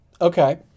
Okay